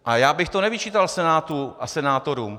A já bych to nevyčítal Senátu a senátorům.